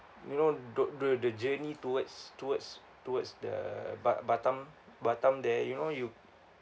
you know don't do the journey towards towards towards the ba~ batam batam there you know you